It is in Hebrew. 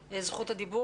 לדבר.